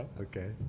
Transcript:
Okay